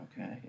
Okay